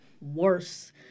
worse